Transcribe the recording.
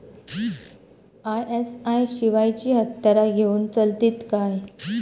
ISI शिवायची हत्यारा घेऊन चलतीत काय?